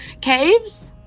caves